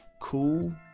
cool